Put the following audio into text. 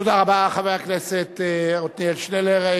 תודה רבה לחבר הכנסת עתניאל שנלר.